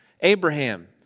Abraham